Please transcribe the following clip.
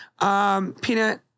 peanut